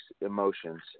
emotions